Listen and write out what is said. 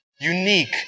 unique